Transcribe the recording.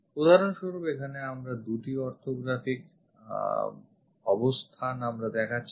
উদাহরণস্বরূপ এখানে আমরা দু'টি orthographic অবস্থান আমরা দেখাচ্ছি